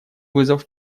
вызов